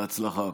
בהצלחה.